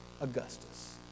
Augustus